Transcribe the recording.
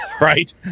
right